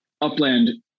Upland